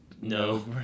No